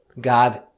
God